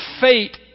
fate